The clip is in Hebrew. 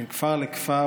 בין כפר לכפר,